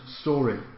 story